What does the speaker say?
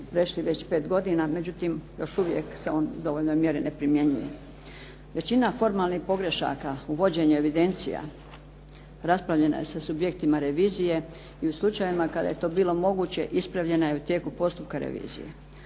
prešli već pet godina međutim još uvijek se on u dovoljnoj mjeri ne primjenjuje. Većina formalnih pogrešaka u vođenju evidencija raspravljena je sa subjektima revizije i u slučajevima kada je to bilo moguće ispravljena je u tijeku postupka revizije.